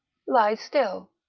lies still,